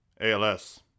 ALS